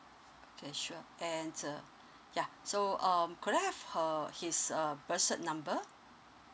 okay sure and uh ya so um could I have her his uh birth cert number